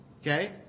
Okay